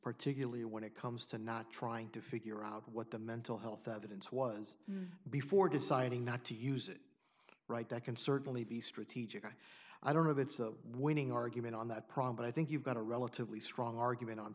particularly when it comes to not trying to figure out what the mental health evidence was before deciding not to use it right that can certainly be strategic i don't know if it's a winning argument on that problem but i think you've got a relatively strong argument on